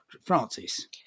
francis